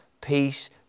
peace